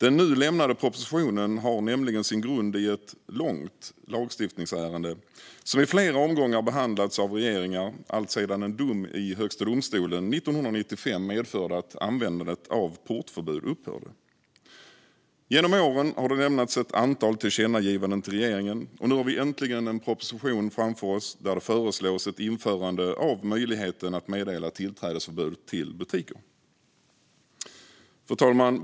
Den nu lämnade propositionen har nämligen sin grund i ett långt lagstiftningsärende som i flera omgångar behandlats av regeringar alltsedan en dom i Högsta domstolen 1995 medförde att användandet av portförbud upphörde. Genom åren har det lämnats ett antal tillkännagivanden till regeringen, och nu har vi äntligen en proposition framför oss där det föreslås ett införande av möjligheten att meddela tillträdesförbud till butiker. Fru talman!